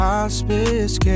Hospice